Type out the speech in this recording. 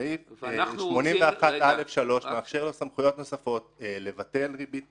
סעיף 81א3 מאפשר לו סמכויות נוספות לביטול ריבית פיגורים,